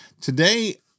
today